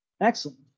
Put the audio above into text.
Excellent